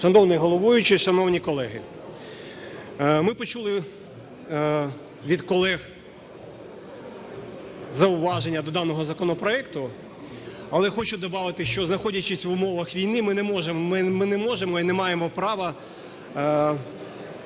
Шановний головуючий, шановні колеги! Ми почули від колег зауваження до даного законопроекту. Але хочу добавити, що, знаходячись в умовах війни, ми не можемо і не маємо права